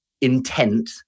intent